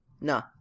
No